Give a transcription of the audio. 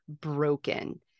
broken